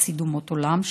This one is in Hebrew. חסיד אומות העולם,